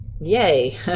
Yay